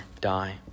die